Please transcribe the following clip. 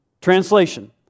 Translation